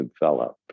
develop